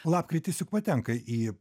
lapkritis juk patenka į